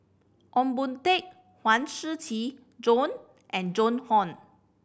Ong Boon Tat Huang Shiqi Joan and Joan Hon